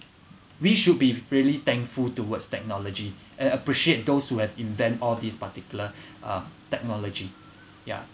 we should be really thankful towards technology and appreciate those who have invent all these particular um technology yeah